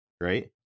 right